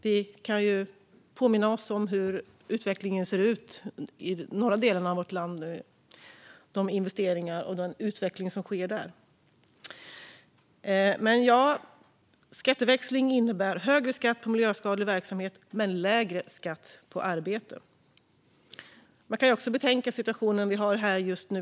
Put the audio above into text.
Vi kan ju påminna oss hur utvecklingen ser ut i norra delen av vårt land nu, med de investeringar som görs och den utveckling som sker där. Man kan också betänka situationen just nu.